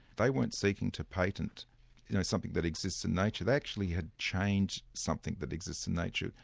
they weren't seeking to patent you know something that exists in nature, they actually had changed something that exists in nature,